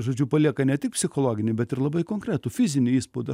žodžiu palieka ne tik psichologinį bet ir labai konkretų fizinį įspaudą